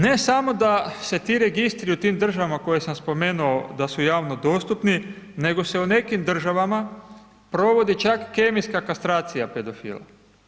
Ne samo da se ti registri u tim državama koje sam spomenuo da su javno dostupni nego se u nekim državama provodi čak kemijska kastracija pedofila.